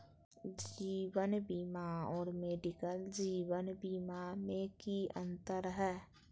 जीवन बीमा और मेडिकल जीवन बीमा में की अंतर है?